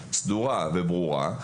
עובדתית סדורה וברורה.